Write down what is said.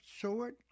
sword